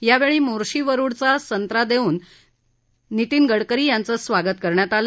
यावेळी मोर्शी वरूडचा संत्रा देऊन नितीन गडकरी यांचं स्वागत करण्यात आलं